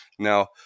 Now